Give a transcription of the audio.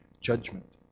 judgment